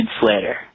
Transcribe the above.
Slater